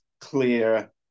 clear